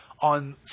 on